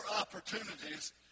opportunities